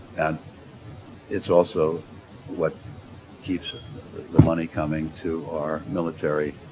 and it's also what keeps the money coming to our military